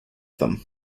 them